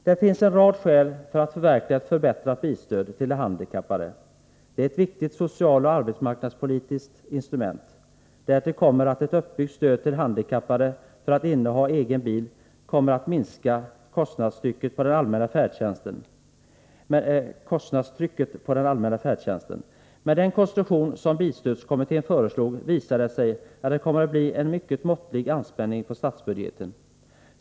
Det finns en rad skäl för att förverkliga ett förbättrat bilstöd till de handikappade. Det är ett viktigt socialt och arbetsmarknadspolitiskt instrument. Därtill kommer att ett uppbyggt stöd till handikappade för att inneha egen bil kommer att minska kostnadstrycket på den allmänna färdtjänsten. Med den konstruktion som bilstödskommittén föreslog visar det sig att det kommer att bli en mycket måttlig anspänning på statsbudgeten.